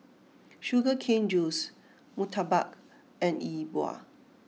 Sugar Cane Juice Murtabak and E Bua